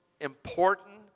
important